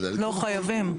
לא, חייבים.